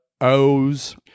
O's